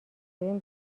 ببین